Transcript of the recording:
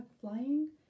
flying